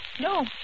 No